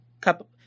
cup